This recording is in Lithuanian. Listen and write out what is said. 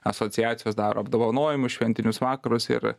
asociacijos daro apdovanojimus šventinius vakarus ir